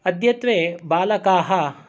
अद्यत्वे बालकाः